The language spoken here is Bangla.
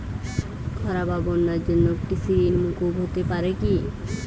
খরা বা বন্যার জন্য কৃষিঋণ মূকুপ হতে পারে কি?